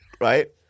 right